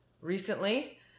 recently